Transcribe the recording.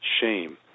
shame